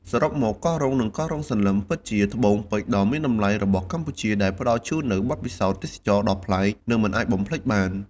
សរុបមក កោះរ៉ុង និងកោះរ៉ុងសន្លឹម ពិតជាត្បូងពេជ្រដ៏មានតម្លៃរបស់កម្ពុជា ដែលផ្តល់ជូននូវបទពិសោធន៍ទេសចរណ៍ដ៏ប្លែក និងមិនអាចបំភ្លេចបាន។